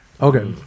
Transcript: Okay